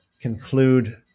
conclude